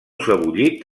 sebollit